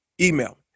email